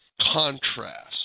contrast